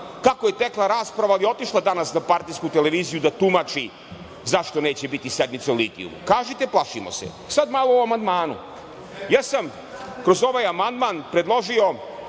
kako je tekla rasprava, ali je otišla danas na partijsku televiziju da tumači zašto neće biti sednica o litijumu. Kažite – plašimo se. Sada malo o amandmanu. Ja sam kroz ovaj amandman predložio